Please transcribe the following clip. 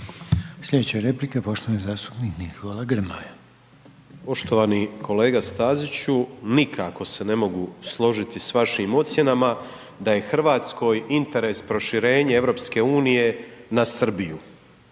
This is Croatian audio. Slijedeće replike poštovani zastupnik Nikola Grmoja. **Grmoja, Nikola (MOST)** Poštovani kolega Staziću, nikako se ne mogu složiti s vašim ocjenama da je RH interes proširenje EU na Srbiju,